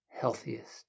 healthiest